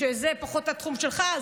שזה פחות התחום שלך,